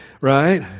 Right